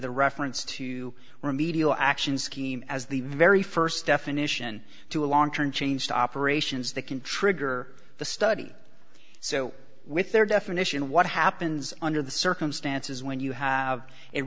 the reference to remedial actions scheme as the very first definition to a long term change to operations that can trigger the study so with their definition what happens under the circumstances when you have